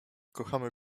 kochamy